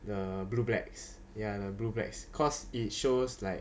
the blue blacks ya the blue blacks cause it shows like